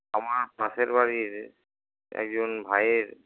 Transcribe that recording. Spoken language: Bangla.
আমার পাশের বাড়ির একজন ভাইয়ের